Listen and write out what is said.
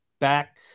back